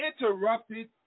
interrupted